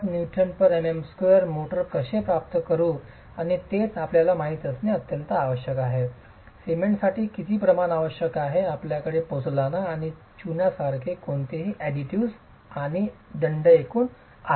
5 Nmm2 mortar कसे प्राप्त करू आणि तेच आपल्याला माहित असणे आवश्यक आहे सिमेंटसाठी किती प्रमाण आवश्यक आहे आपल्याकडे पोझोलाना आणि चुना सारखे इतर कोणतेही अडिटिव्ह्जसह आणि दंड एकूण आहे